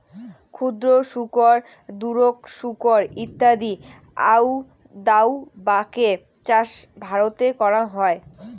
ক্ষুদ্র শুকর, দুরোক শুকর ইত্যাদি আউদাউ বাকের চাষ ভারতে করাং হই